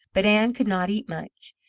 but ann could not eat much.